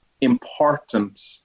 important